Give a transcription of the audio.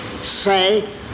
say